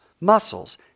muscles